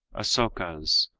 asokas,